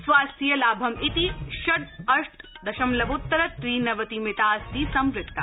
स्वास्थ्यलाभमिति षड् अष्ट दशमलवोत्तर त्रिनवतिमितास्ति संवृत्ता